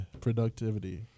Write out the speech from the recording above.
productivity